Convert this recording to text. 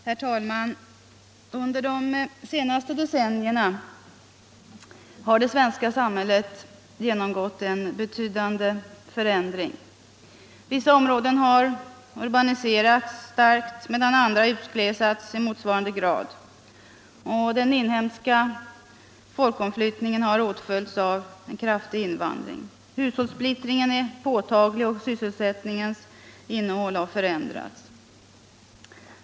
Herr talman! Under de senaste decennierna har det svenska samhället genomgått en betydande förändring. Vissa: områden har urbaniserats starkt, medan andra utglesats i motsvarande grad. Den inhemska folkomflyttningen har åtföljts av en kraftig invandring. Hushållssplittringen är påtaglig, och sysselsättningens innehåll har förändrats.